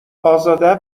ازاده